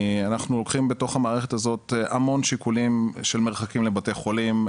אנחנו לוקחים בתוך המערכת הזאת המון שיקולים של מרחקים לבתי חולים,